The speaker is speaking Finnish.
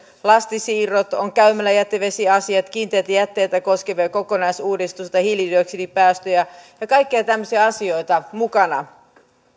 lastisiirrot on käymäläjätevesiasiat kiinteitä jätteitä koskevaa kokonaisuudistusta hiilidioksidipäästöjä ja kaikkia tämmöisiä asioita mukana